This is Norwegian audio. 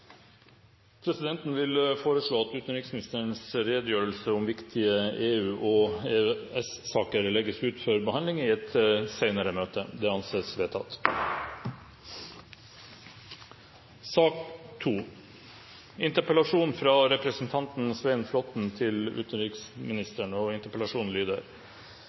Presidenten vil foreslå at utenriksministerens redegjørelse om viktige EU- og EØS-saker legges ut for behandling i et senere møte. – Det anses vedtatt.